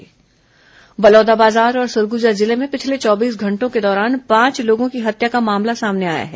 हत्या बलौदाबाजार और सरग्जा जिले में पिछले चौबीस घंटों के दौरान पांच लोगों की हत्या का मामला सामने आया है